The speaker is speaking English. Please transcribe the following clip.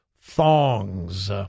thongs